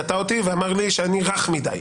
קטע אותי ואמר לי שאני רך מידי.